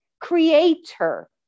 creator